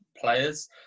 players